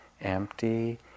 empty